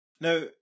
Now